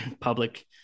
public